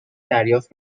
دریافت